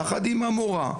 יחד עם המורה,